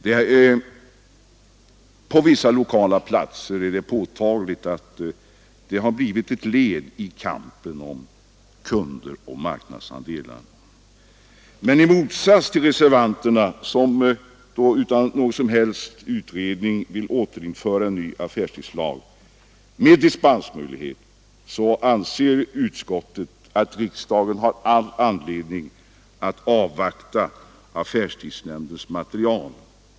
Det är påtagligt att söndagsöppethållande på vissa platser har blivit ett led i kampen om kunder och marknadsandelar. Men i motsats till reservanterna, som utan någon som helst utredning vill återinföra en affärstidslag med dispensmöjlighet, anser utskottet att riksdagen har all anledning att avvakta affärstidsnämndens material.